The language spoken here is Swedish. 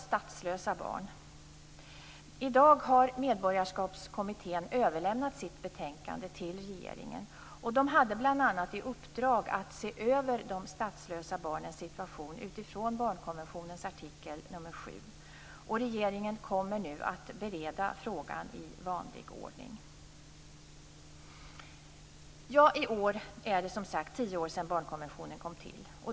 Statslösa barn: I dag har medborgarskapskommittén överlämnat sitt betänkande till regeringen. Den hade bl.a. i uppdrag att se över de statslösa barnens situation utifrån barnkonventionens artikel 7. Regeringen kommer nu att bereda frågan i vanlig ordning. I år är det som sagt tio år sedan barnkonventionen kom till.